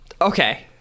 Okay